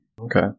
Okay